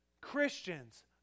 Christians